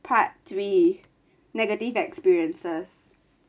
part three negative experiences